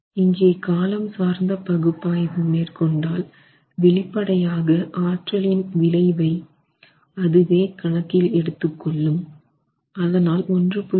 இங்கே காலம் சார்ந்த பகுப்பாய்வு மேற்கொண்டால் வெளிப்படையாக ஆற்றலின் விளைவை அதுவே கணக்கில் எடுத்து கொள்ளும் அதனால் 1